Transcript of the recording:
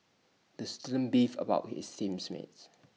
the student beefed about his team's mates